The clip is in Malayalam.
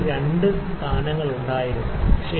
02 സ്ഥലങ്ങളിൽ ഉണ്ടായിരുന്നു ശരി